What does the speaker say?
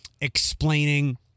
explaining